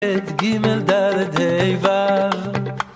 את גימל, דלת, היא, וו